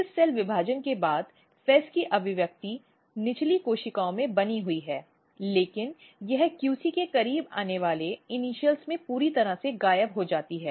इस कोशिका विभाजन के बाद FEZ की अभिव्यक्ति निचली कोशिकाओं में बनी हुई है लेकिन यह QC के करीब आने वाले इनिशियल से पूरी तरह से गायब हो जाती है